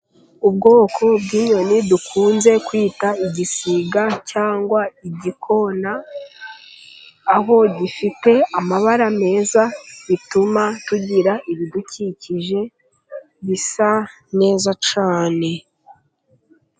Ubwoko bw'inyoni dukunze kwita igisiga cyangwa igikona, aho gifite amabara meza bituma tugira ibidukikije bisa neza cyane.